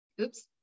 oops